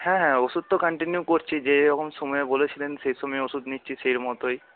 হ্যাঁ হ্যাঁ ওষুধ তো কন্টিনিউ করছি যেই রকম সময়ে বলেছিলেন সেই সময়ে ওষুধ নিচ্ছি সেই মতোই